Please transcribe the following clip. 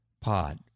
Pod